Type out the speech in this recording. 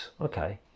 okay